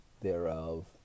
thereof